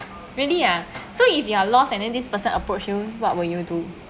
really ah so if you are lost and then this person approach you what will you do